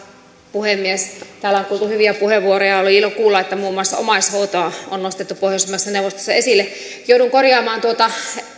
puhemies täällä on kuultu hyviä puheenvuoroja on ollut ilo kuulla että muun muassa omaishoitoa on nostettu pohjoismaiden neuvostossa esille joudun korjaamaan tuota